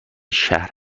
شهر